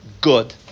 good